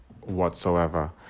whatsoever